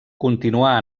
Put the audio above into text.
continuà